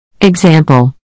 Example